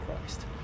Christ